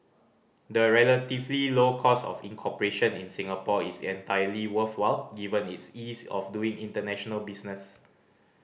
the relatively low cost of incorporation in Singapore is entirely worthwhile given its ease of doing international business